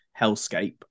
hellscape